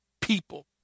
people